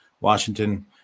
Washington